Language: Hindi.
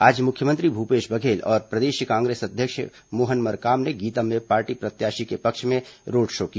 आज मुख्यमंत्री भूपेश बघेल और प्रदेश कांग्रेस अध्यक्ष मोहन मरकाम ने गीदम में पार्टी प्रत्याशी के पक्ष में रोड शो किया